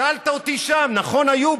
שאלת אותי שם, נכון, איוב?